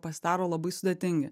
pasidaro labai sudėtingi